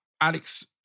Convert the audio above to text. Alex